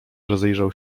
rozejrzał